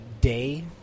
day